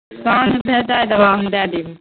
सांँझमे दै देबहो हम दै दिहो